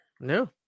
No